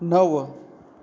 નવ